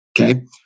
Okay